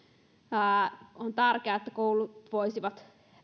on tärkeää että koulut voisivat